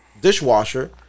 dishwasher